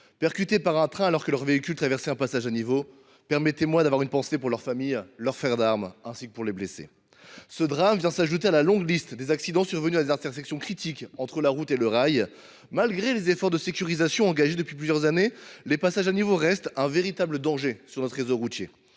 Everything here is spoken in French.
percutés par un train alors que leur véhicule traversait un passage à niveau. Permettez moi d’avoir une pensée pour leurs familles, leurs frères d’armes et les blessés. Ce drame vient s’ajouter à la longue liste des accidents survenus à des intersections critiques entre la route et le rail. Malgré les efforts de sécurisation engagés depuis plusieurs années, les passages à niveau restent un véritable danger sur notre réseau routier.